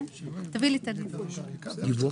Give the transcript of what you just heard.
דיווח